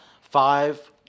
five